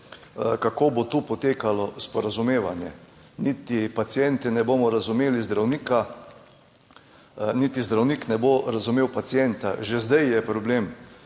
kako bo tu potekalo sporazumevanje? Niti pacienti ne bomo razumeli zdravnika, niti zdravnik ne bo razumel pacienta. Že zdaj je problem,